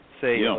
say